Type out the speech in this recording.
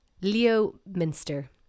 Leominster